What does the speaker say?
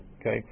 okay